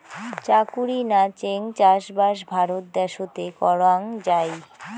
চাকুরি নাচেঙ চাষবাস ভারত দ্যাশোতে করাং যাই